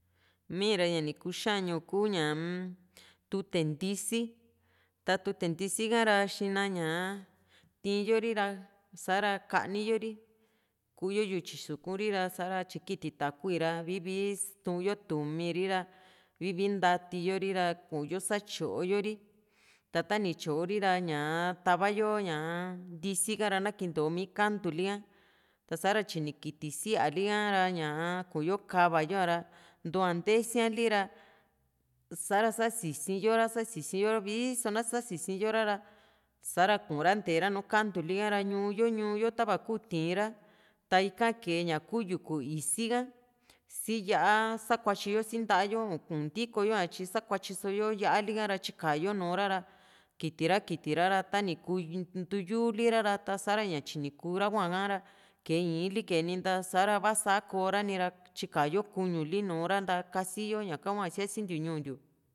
mii ra ña ni kuxañu kuu ña tute ntisi ta tute ntisi ka ra xina ñaa tii´nyo ri ra sa´ra kani yo ri kuu´yo yutyi sukuri ra sa´ra tyi kiti takui ra vii vii tuu´n yo tumi ri ra vii vii ntatiyo ri ra kuuyo satyo yo ri ta ta ni tyooro ra ñaa tava yo ñaa ntisi ka ra kinto mi kantu lika ta sa´ra tyini kiti siali ha ra ñaa kuu yo kava yo´a ra ntuua ntesiali ra sa´ra sasiyo ra sasi yo vii so na sasiyora ra sa´ra kuura ntee ra nuù kantu lika ra ñu´yo ñu´yo tava kuu tiira ta ika kee ñaku yuku i´si ka sii yá´a sakuatyi yo si nta´a yo un ntiko yo atyi sakuatyi so´yo yá´a li´hara tyikayo nuu´ra ra kiti ra kiti ra ta ni ku ntuu yu´uli ra ra tasa´ra ña tyi ni kuu ra hua´ra kee ii´n li kee ninta sa´ra ivaa sa koora ni ra tyikayo kuñu li nùù ra nta kasi yo ñaka hua siasintiu ñuu ntiu